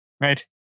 right